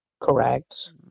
Correct